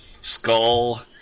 skull